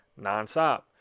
nonstop